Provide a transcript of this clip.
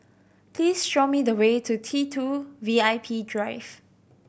please show me the way to T Two V I P Drive